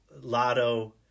Lotto